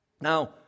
Now